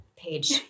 Page